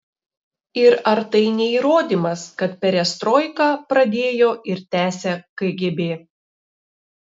ir ar tai ne įrodymas kad perestroiką pradėjo ir tęsia kgb